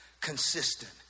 consistent